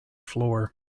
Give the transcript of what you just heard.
floor